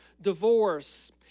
divorce